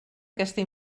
aquesta